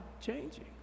changing